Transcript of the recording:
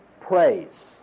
praise